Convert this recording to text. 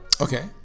Okay